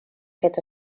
aquest